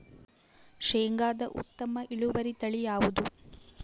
ಶೇಂಗಾದ ಉತ್ತಮ ಇಳುವರಿ ತಳಿ ಯಾವುದು?